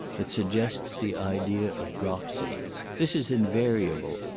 that suggests the idea of dropsy this is invariable,